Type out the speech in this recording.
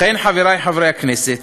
לכן, חברי חברי הכנסת,